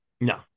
no